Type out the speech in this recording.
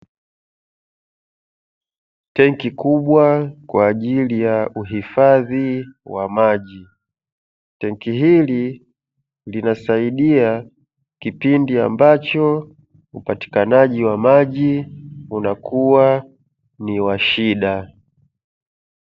Tenki kubwa kwa ajili ya uhifadhi wa maji. Tenki hiki linasaidia kipindi ambacho upatikanaji wa maji pindi maji unakuwa yashida.